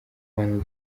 wayne